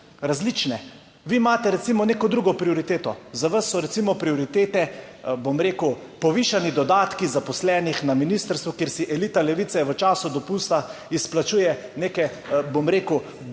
različne. Vi imate recimo neko drugo prioriteto. Za vas so recimo prioritete bom rekel, povišani dodatki zaposlenih na ministrstvu, kjer si elita Levice v času dopusta izplačuje neke, bom rekel, dodatke